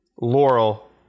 Laurel